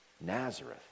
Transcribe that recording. Nazareth